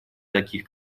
таких